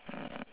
um